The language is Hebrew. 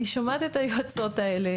אני שומעת את היועצות האלה,